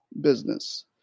business